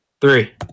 three